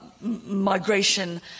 migration